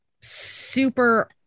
super